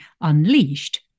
unleashed